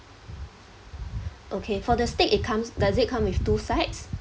okay for the steak it comes does it come with two sides